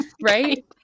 Right